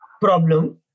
problem